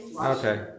Okay